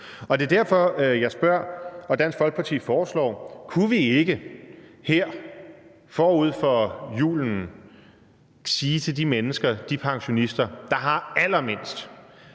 Det er derfor, jeg spørger, og at Dansk Folkeparti foreslår det: Kunne vi ikke her forud for julen sige til de mennesker, de pensionister, der har allermindst,